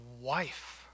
wife